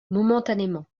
momentanément